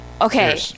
okay